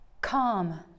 come